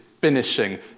finishing